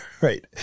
right